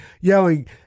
yelling